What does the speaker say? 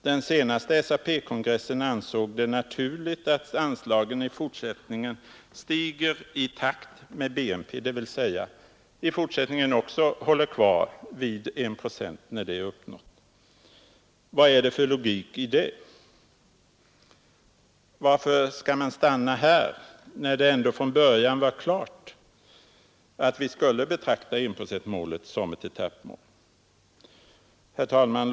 Den senaste SAP-kongressen ansåg det naturligt att anslagen i fortsättningen stiger i takt med BNP, dvs. att anslagen hålls kvar vid en procent när det målet är uppnått. Vad är det för logik i detta? Varför skall man stanna här, när det ändå från början var klart att vi skulle betrakta enprocentmålet som ett etappmål? Herr talman!